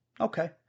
Okay